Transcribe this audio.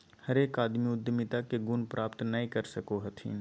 हरेक आदमी उद्यमिता के गुण प्राप्त नय कर सको हथिन